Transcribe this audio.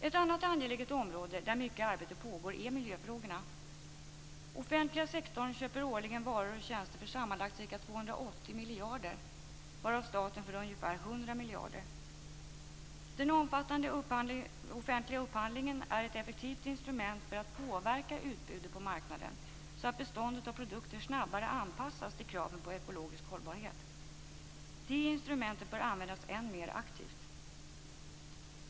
Ett annat angeläget område där mycket arbete pågår är miljöfrågorna. Den offentliga sektorn köper årligen varor och tjänster för sammanlagt ca 280 miljarder kronor, varav staten köper för ungefär 100 miljarder kronor. Den omfattande offentliga upphandlingen är ett effektivt instrument för att påverka utbudet på marknaden så att beståndet av produkter snabbare anpassas till kraven på ekologisk hållbarhet. Det instrumentet bör användas än mer aktivt.